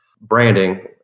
branding